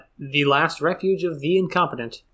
thelastrefugeoftheincompetent